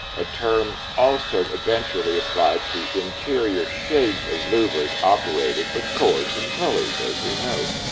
a term also eventually applied to interior shades of louvers operated with cords and pulleys, as we know.